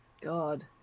God